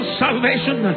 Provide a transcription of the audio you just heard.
salvation